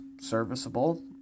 serviceable